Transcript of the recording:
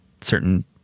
certain